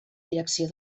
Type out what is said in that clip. direcció